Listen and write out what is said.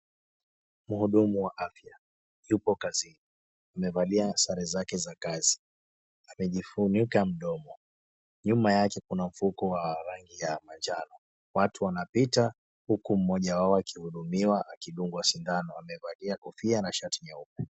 Mhudumu wa afya yupo kazini, amevalia sare zake za kazi, amejifunika mdomo. Nyuma yake kuna mfuko wa rangi ya manjano. Watu wanapita huku mmoja wao akihudumiwa akidungwa sindano, amevalia kofia na shati jeupe.